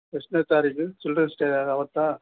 ಎಷ್ಟನೇ ತಾರೀಖು children's day ಅವತ್ತಾ